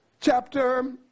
chapter